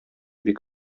бик